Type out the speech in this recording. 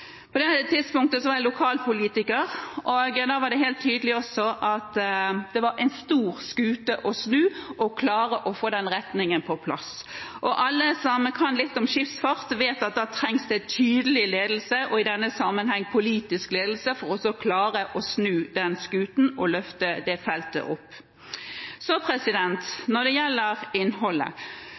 På det tidspunktet var jeg lokalpolitiker, og da var det helt tydelig at det var en stor skute å snu for å klare å få den retningen på plass. Alle som kan litt om skipsfart, vet at det trengs tydelig ledelse, i denne sammenheng politisk ledelse for å klare å snu den skuta og løfte det feltet opp. Når det gjelder innholdet,